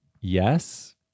Yes